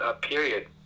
period